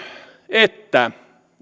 että